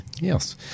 yes